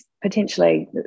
potentially